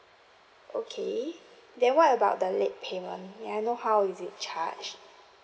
okay then what about the late payment may I know how is it charged